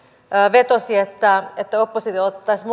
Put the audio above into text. vetosi että että oppositio otettaisiin